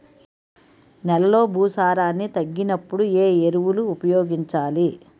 నెలలో భూసారాన్ని తగ్గినప్పుడు, ఏ ఎరువులు ఉపయోగించాలి?